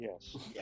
yes